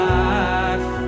life